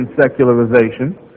secularization